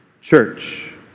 church